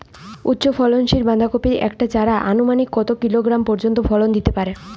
উচ্চ ফলনশীল বাঁধাকপির একটি চারা আনুমানিক কত কিলোগ্রাম পর্যন্ত ফলন দিতে পারে?